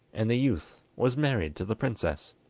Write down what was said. and the youth was married to the princess.